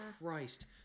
Christ